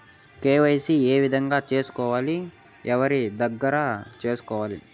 KYC ఏ విధంగా సేసుకోవాలి? ఎవరి దగ్గర సేసుకోవాలి?